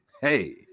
Hey